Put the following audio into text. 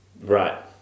Right